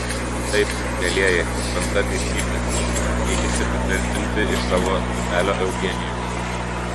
taip mielieji šventa teisybė teikėsi patvirtinti iš savo tarpelio eugenijus